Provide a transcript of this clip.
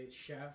chef